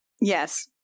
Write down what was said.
Yes